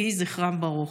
יהי זכרם ברוך.